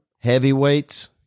Heavyweights